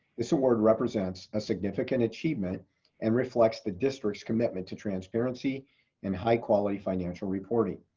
this award represents a significant achievement and reflects the district's commitment to transparency and high quality financial reporting.